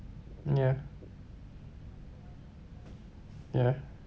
ya ya